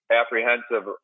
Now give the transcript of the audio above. apprehensive